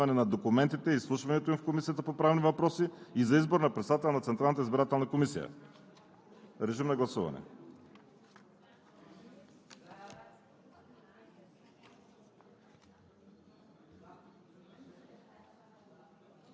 кандидати за председател на Централната избирателна комисия, представянето и публичното оповестяване на документите, изслушването им в Комисията по правни въпроси и за избор на председател на Централната избирателна комисия.“ Гласували